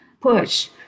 Push